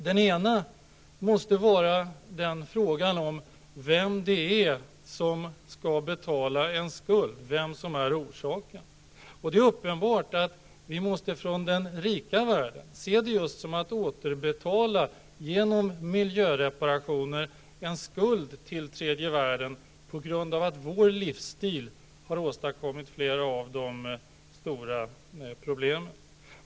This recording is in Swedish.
Den ena måste vara frågan om vem som skall betala en skuld, vem som är orsaken. Och det är uppenbart att vi från den rika världen måste se det just som en återbetalning genom miljöreparationer, en skuld till tredje världen på grund av att vår livsstil har åstadkommit flera av de stora problemen.